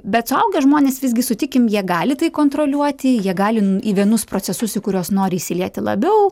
bet suaugę žmonės visgi sutikim jie gali tai kontroliuoti jie gali į vienus procesus į kuriuos nori įsilieti labiau